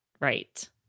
Right